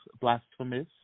blasphemous